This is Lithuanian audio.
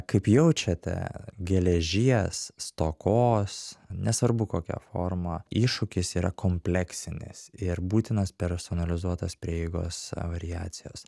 kaip jaučiate geležies stokos nesvarbu kokia forma iššūkis yra kompleksinis ir būtinos personalizuotos prieigos variacijos